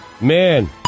Man